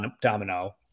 domino